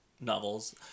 novels